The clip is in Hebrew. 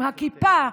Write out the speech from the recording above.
עם הכיפה,